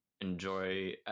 enjoy